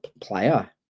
player